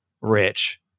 rich